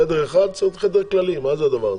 חדר אחד צריך להיות חדר כללי, מה זה הדבר הזה,